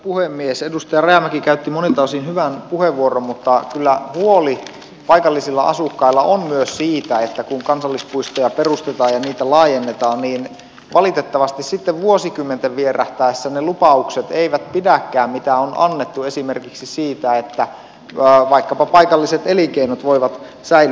edustaja rajamäki käytti monilta osin hyvän puheenvuoron mutta kyllä huoli paikallisilla asukkailla on myös siitä että kun kansallispuistoja perustetaan ja niitä laajennetaan niin valitettavasti sitten vuosikymmenten vierähtäessä eivät pidäkään ne lupaukset mitä on annettu esimerkiksi siitä että vaikkapa paikalliset elinkeinot voivat säilyä